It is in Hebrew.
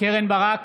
קרן ברק,